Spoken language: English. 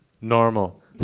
Normal